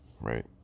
right